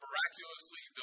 miraculously